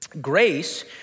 grace